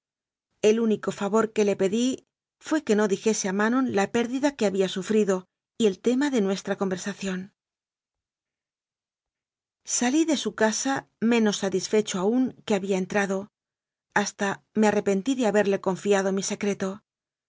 el único favor que le pedí fué que no dijese a manon la pérdida que había sufrido y el tema de nuestra conversación salí de su casa menos satisfecho aún que había entrado hasta me arrepentí de haberle confiado mi secreto